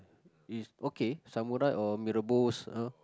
it's okay samurai or Mee-Rebus